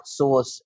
outsource